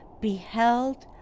beheld